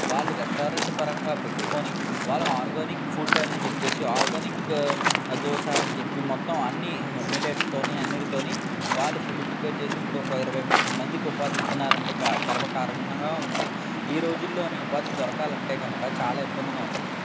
వాళ్ళు రెస్టారెంట్ పరంగా పెట్టుకుని వాళ్ళ ఆర్గానిక్ ఫుడ్ అని చెప్పేసి ఆర్గానిక్ దోస అని చెప్పి మొత్తం అన్ని మిల్లెట్స్తో అన్నింటితో వాళ్ళ ఫుడ్ ప్రిపేర్ చేసి ఇప్పుడు ఒక ఇరవై ముప్పై మంది ఉపాధికి ఇస్తున్నారంట గ గర్వ కారణంగా ఉంది ఈ రోజుల్లో ఉపాధి దొరకాలంటే కనుక చాలా ఇబ్బందిగా ఉంది